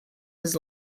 his